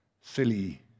silly